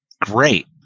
Great